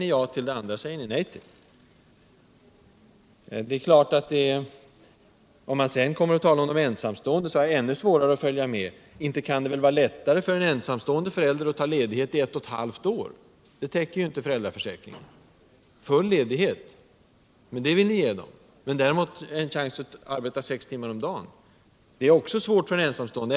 Om man i det här sammanhanget diskuterar de ensamstående föräldrarna har jag ännu svårare att följu med. Anser man verkligen att ensamstående föräldrar kan ta full ledighet under ett och eu halvt år, när föräldraförsäkringen inte täcker detta? Vpk vill tydligen ge dem full ledighet. men inte en chans att arbeta sex timmar om dagen. Naturligtvis kan även det senare vara svårt fören ensamstående.